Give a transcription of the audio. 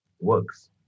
works